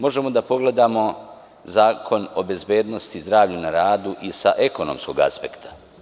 Možemo da pogledamo Zakon o bezbednosti i zdravlju na radu i sa ekonomskog aspekta.